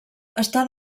està